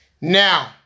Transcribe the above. Now